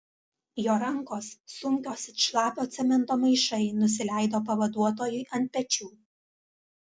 jo rankos sunkios it šlapio cemento maišai nusileido pavaduotojui ant pečių